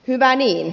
hyvä niin